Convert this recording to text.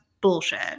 bullshit